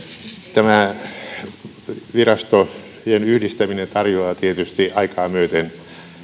tämä virastojen yhdistäminen tarjoaa tietysti aikaa myöten